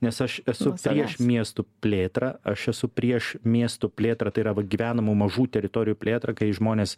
nes aš esu prieš miestų plėtrą aš esu prieš miestų plėtrą tai yra va gyvenamų mažų teritorijų plėtrą kai žmonės